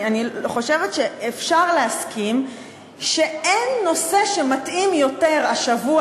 אני חושבת שאפשר להסכים שאין נושא שמתאים יותר השבוע